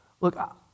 look